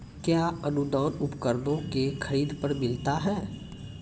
कया अनुदान उपकरणों के खरीद पर मिलता है?